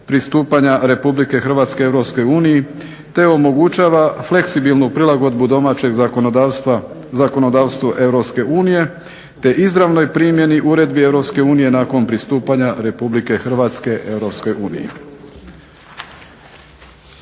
pristupanja RH EU te omogućava fleksibilnu prilagodbu domaćeg zakonodavstva zakonodavstvu EU, te izravnoj primjeni uredbi EU nakon pristupanja RH EU.